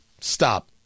Stop